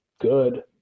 good